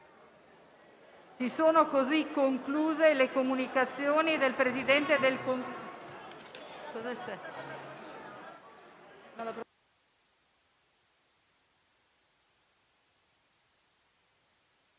Si sono così concluse le comunicazioni del Presidente del Consiglio